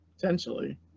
potentially